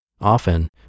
Often